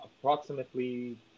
approximately